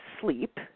sleep